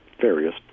various